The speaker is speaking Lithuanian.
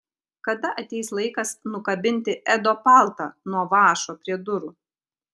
kada ateis laikas nukabinti edo paltą nuo vąšo prie durų